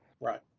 Right